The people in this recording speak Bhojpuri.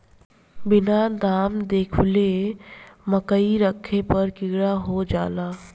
बीना घाम देखावले मकई रखे पर कीड़ा हो जाला